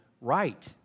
right